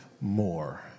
more